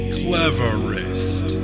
cleverest